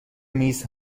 میز